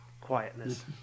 quietness